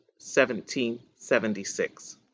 1776